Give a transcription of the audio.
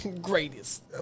Greatest